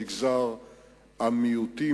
במגזר המיעוטים,